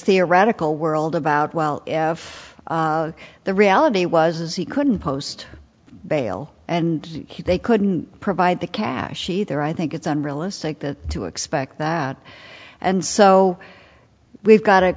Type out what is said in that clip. theoretical world about well if the reality was is he couldn't post bail and they couldn't provide the cash either i think it's unrealistic to expect that and so we've got a